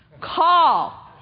call